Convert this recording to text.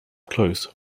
close